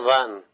one